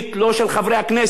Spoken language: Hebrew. לא של הממשלה הזאת,